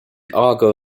argo